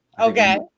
Okay